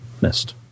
missed